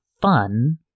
fun